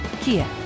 Kia